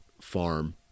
farm